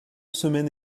semaine